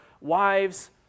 wives